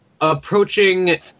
approaching